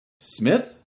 Smith